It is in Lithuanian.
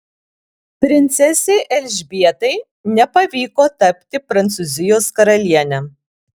princesei elžbietai nepavyko tapti prancūzijos karaliene